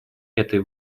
этой